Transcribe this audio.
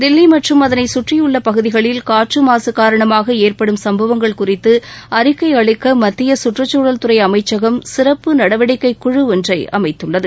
தில்லி மற்றும் அதனை கற்றியுள்ள பகுதிகளில் காற்று மாசு காரணமாக ஏற்படும் சும்பவங்கள் குறித்து அறிக்கை அளிக்க மத்திய சுற்றுக்குழல் துறை அமைச்சகம் சிறப்பு நடவடிக்கை குழு ஒன்றை அமைத்துள்ளது